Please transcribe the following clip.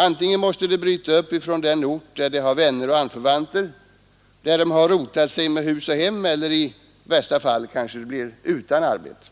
Antingen måste de bryta upp från den ort där de har vänner och anförvanter och där de rotat sig med hus och hem, eller i värsta fall kanske de blir utan arbete.